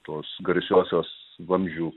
tos garsiosios vamzdžių